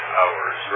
hours